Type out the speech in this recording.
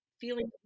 feeling